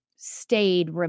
stayed